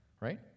right